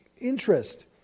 interest